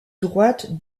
droite